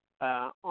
on